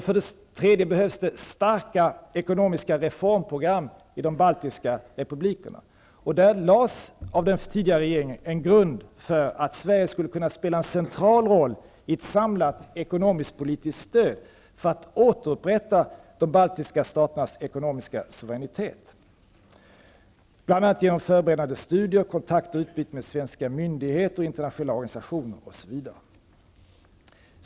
För det tredje behövs det starka ekonomiska reformprogram för de baltiska republikerna. Den tidigare regeringen lade en grund för att Sverige skulle kunna spela en central roll i ett samlat ekonomisk-politiskt stöd för att återupprätta de baltiska staternas ekonomiska suveränitet, bl.a. genom förberedande studier, kontakt och utbyte med svenska myndigheter och internationella organisationer osv.